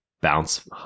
bounce